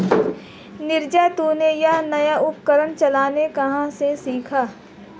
नीरज तुमने यह नया उपकरण चलाना कहां से सीखा?